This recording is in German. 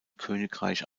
königreich